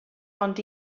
ond